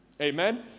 Amen